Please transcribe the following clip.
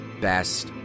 best